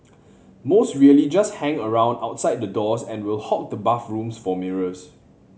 most really just hang around outside the doors and will hog the bathrooms for mirrors